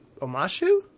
Omashu